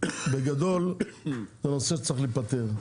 בגדול, זה נושא שצריך להיפתר.